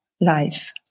life